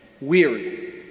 weary